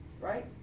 Right